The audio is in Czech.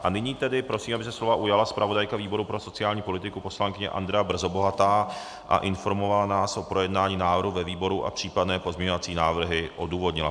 A nyní tedy prosím, aby se slova ujala zpravodajka výboru pro sociální politiku poslankyně Andrea Brzobohatá a informovala nás o projednání návrhu ve výboru a případné pozměňovací návrhy odůvodnila.